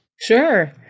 Sure